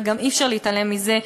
ואי-אפשר להתעלם גם מזה,